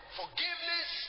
forgiveness